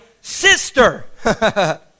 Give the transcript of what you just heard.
sister